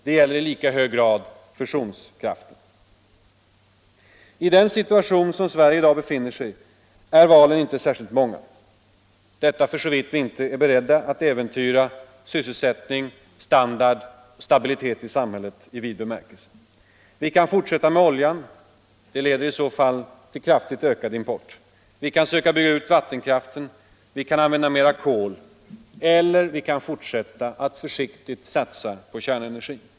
Det gäller i lika hög grad fusionskraften. I den situation som Sverige i dag befinner sig i är valmöjligheterna inte särskilt många, för såvitt vi inte är beredda att äventyra sysselsättning, standard och stabilitet i samhället i vid bemärkelse. Vi kan fortsätta med oljan — det leder i så fall till kraftigt ökad import. Vi kan söka bygga ut vattenkraften, vi kan använda mera kol eller vi kan fortsätta att försiktigt satsa på kärnenergin.